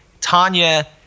tanya